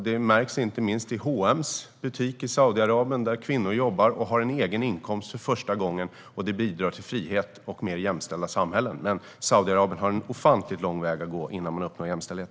Det märks inte minst i HM:s butik i Saudiarabien, där kvinnor jobbar och har en egen inkomst för första gången. Sådant bidrar till frihet och mer jämställda samhällen. Men Saudiarabien har en ofantligt lång väg att gå innan man uppnår jämställdhet.